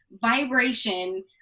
vibration